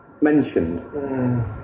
mentioned